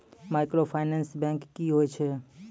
Microfinance bank की होय छै?